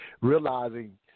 realizing